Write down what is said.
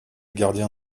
gardien